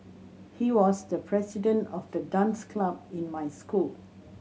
he was the president of the dance club in my school